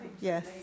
yes